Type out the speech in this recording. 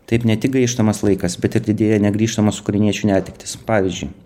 taip ne tik gaištamas laikas bet ir didėja negrįžtamos ukrainiečių netektys pavyzdžiui